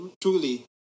truly